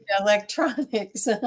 electronics